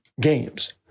games